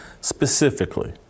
specifically